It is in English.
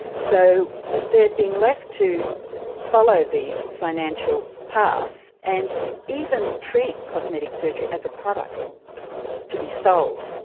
so they are being left to follow the financial path, and even treat cosmetic surgery as a product to be sold,